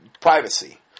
privacy